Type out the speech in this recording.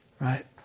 right